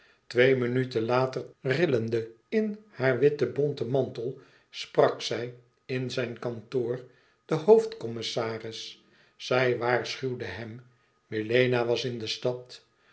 twee minuten later rillende in haar witten bonten mantel sprak zij in zijn kantoor den hoofdcommissaris zij waarschuwde hem melena was in de stad